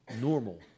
normal